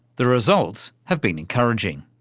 the results have been encouraging.